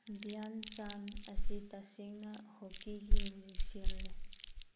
ꯙ꯭ꯌꯥꯟ ꯆꯥꯟ ꯑꯁꯤ ꯇꯁꯦꯡꯅ ꯍꯣꯛꯀꯤꯒꯤ ꯃꯦꯖꯤꯛꯁꯤꯌꯥꯟꯅꯤ